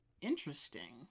Interesting